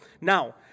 Now